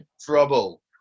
Trouble